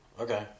Okay